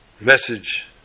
message